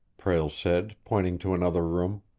prale said, pointing to another room.